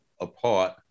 apart